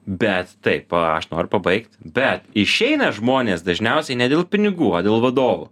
bet taip aš noriu pabaigt bet išeina žmonės dažniausiai ne dėl pinigų o dėl vadovų